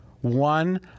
one